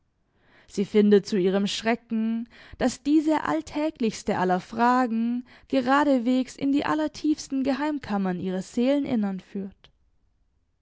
sie findet zu ihrem schrecken daß diese alltäglichste aller fragen geradeswegs in die allertiefsten geheimkammern ihres seeleninneren führt